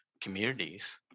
communities